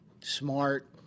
Smart